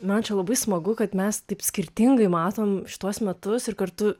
man čia labai smagu kad mes taip skirtingai matom šituos metus ir kartu